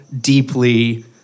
deeply